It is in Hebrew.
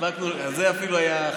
הספקנו להניח.